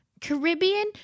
Caribbean